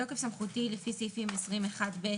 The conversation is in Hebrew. בתוקף סמכותי לפי סעיפים 20(1)(ב)